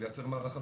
לייצר מערך הדרכה.